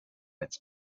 its